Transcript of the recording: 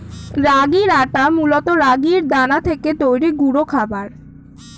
রাগির আটা মূলত রাগির দানা থেকে তৈরি গুঁড়ো খাবার